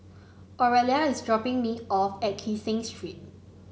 Oralia is dropping me off at Kee Seng Street